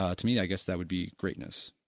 ah to me i guess that would be greatness